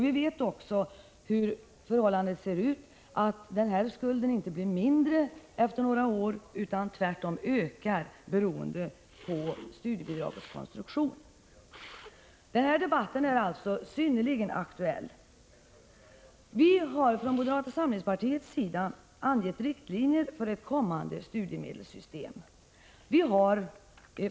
Vi vet att förhållandena är sådana att den här skulden inte blir mindre efter några år utan tvärtom ökar, beroende på återbetalningskonstruktionen. Denna debatt är alltså synnerligen aktuell. Vi har från moderata samlingspartiets sida angett riktlinjer för ett kommande studiemedelssystem.